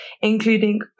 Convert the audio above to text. including